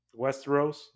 Westeros